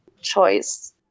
choice